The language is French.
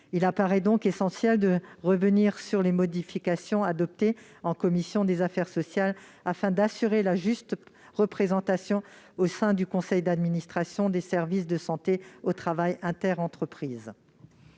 Il paraît donc essentiel de revenir sur les modifications adoptées en commission des affaires sociales afin d'assurer une juste représentation au sein du conseil d'administration des services de prévention et de santé au travail interentreprises.